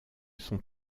son